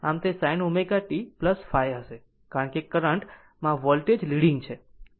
આમ તે sin ω t ϕ હશે કારણ કે કરંટ માં વોલ્ટેજ લીડીંગ છે